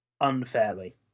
unfairly